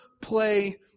play